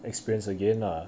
experience again lah